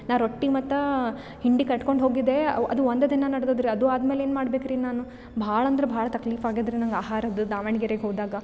ನಾ ರೊಟ್ಟಿ ಮತ್ತು ಹಿಂಡಿ ಕಟ್ಕೊಂಡು ಹೋಗಿದ್ದೆ ಅವು ಅದು ಒಂದು ದಿನ ನಡ್ದದ ರೀ ಅದು ಆದ್ಮೇಲೆ ಏನು ಮಾಡ್ಬೇಕು ರೀ ನಾನು ಭಾಳ ಅಂದ್ರೆ ಭಾಳ ತಕ್ಲಿಫ್ ಆಗ್ಯಾದ ರೀ ನಂಗೆ ಆಹಾರದ್ದು ದಾವಣಗೆರೆಗ್ ಹೋದಾಗ